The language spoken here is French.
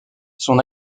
son